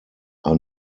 are